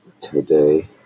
today